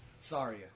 sorry